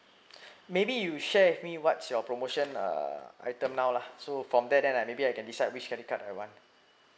maybe you share with me what's your promotions uh item now lah so from there then I maybe I can decide which credit card I want